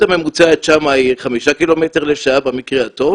הממוצעת שם היא חמישה קילומטר לשעה במקרה הטוב,